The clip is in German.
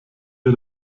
wir